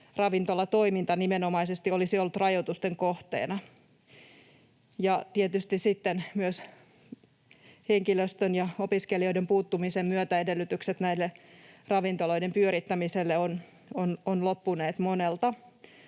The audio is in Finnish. ravintolatoiminta olisi ollut rajoitusten kohteena, ja tietysti henkilöstön ja opiskelijoiden puuttumisen myötä edellytykset ravintoloiden pyörittämiselle ovat loppuneet monelta,